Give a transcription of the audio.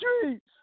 Streets